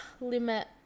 limit